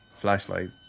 Flashlight